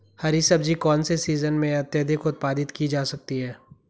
हरी सब्जी कौन से सीजन में अत्यधिक उत्पादित की जा सकती है?